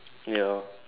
ya